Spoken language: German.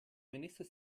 minister